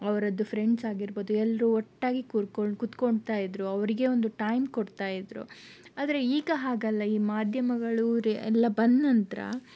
ಅವರದ್ದು ಫ್ರೆಂಡ್ಸ್ ಆಗಿರಬಹುದು ಎಲ್ಲರೂ ಒಟ್ಟಾಗಿ ಕೂರ್ಕೊಂಡ್ ಕೂತ್ಕೊಂತಾಯಿದ್ರು ಅವರಿಗೆ ಒಂದು ಟೈಮ್ ಕೊಡ್ತಾ ಇದ್ದರು ಆದರೆ ಈಗ ಹಾಗಲ್ಲ ಈ ಮಾಧ್ಯಮಗಳು ಎಲ್ಲ ಬಂದ ನಂತರ